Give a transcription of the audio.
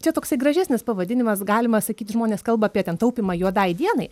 čia toksai gražesnis pavadinimas galima sakyt žmonės kalba apie ten taupymą juodai dienai